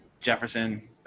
jefferson